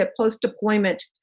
post-deployment